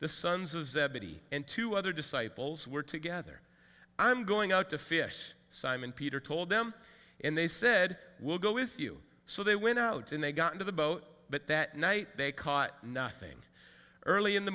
zebedee and two other disciples were together i'm going out to fish simon peter told them and they said we'll go with you so they went out and they got into the boat but that night they caught nothing early in the